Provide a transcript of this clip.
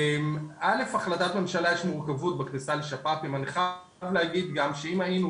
החלטת ממשלה יש מורכבות --- אני חייב להגיד שאם היינו,